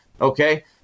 Okay